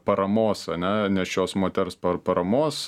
paramos ane nėščios moters paramos